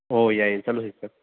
ꯑꯣ ꯌꯥꯏꯌꯦ ꯆꯠꯂꯨꯁꯤ ꯆꯠ